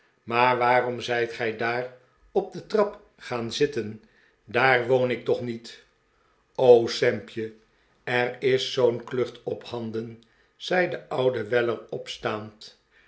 maar waarom zijt gij daar op de trap gaan zitten daar woon ik toch niet sampje er is zoo'n klucht ophanden zei de oude weller opstaand